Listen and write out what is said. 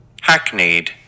Hackneyed